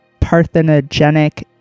parthenogenic